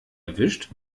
erwischt